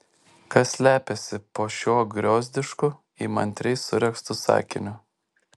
kas slepiasi po šiuo griozdišku įmantriai suregztu sakiniu